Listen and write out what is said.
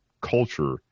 culture